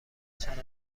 چرند